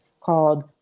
called